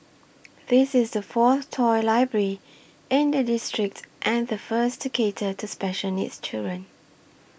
this is the fourth toy library in the district and the first to cater to special needs children